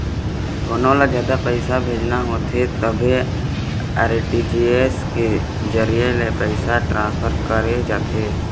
कोनो ल जादा पइसा भेजना होथे तभे आर.टी.जी.एस के जरिए ले पइसा ट्रांसफर करे जाथे